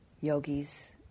yogis